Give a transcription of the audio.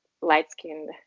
light-skinned